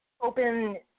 open